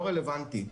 לא רלבנטי.